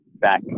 back